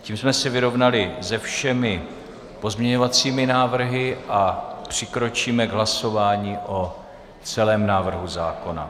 Tím jsme se vyrovnali se všemi pozměňovacími návrhy a přikročíme k hlasování o celém návrhu zákona.